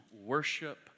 worship